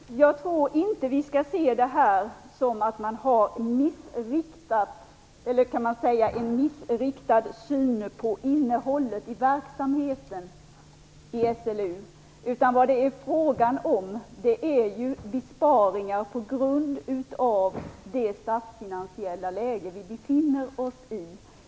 Fru talman! Jag tror inte att vi skall se detta på det sättet att man skulle ha en missriktad syn på verksamhetens innehåll när det gäller SLU. Vad det i stället är fråga om är besparingar på grund av det statsfinansiella läge som vi nu befinner oss i.